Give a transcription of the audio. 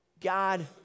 God